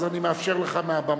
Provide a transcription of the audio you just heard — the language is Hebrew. אני מאפשר לך מהבמה.